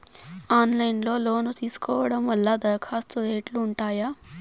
Online లో loan తీసుకోవడం వల్ల దరఖాస్తు రేట్లు ఉంటాయా?